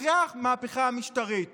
אחרי המהפכה המשטרית